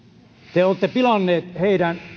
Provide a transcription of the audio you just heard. te olette pilanneet heidän